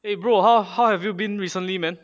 eh bro how how have you been recently man